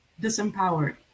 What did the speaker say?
disempowered